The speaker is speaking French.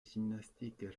gymnastique